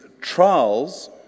Trials